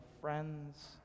friends